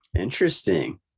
interesting